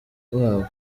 wabo